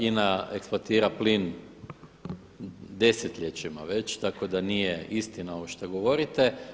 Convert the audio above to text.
INA eksploatira plin desetljećima već, tako da nije istina ovo što govorite.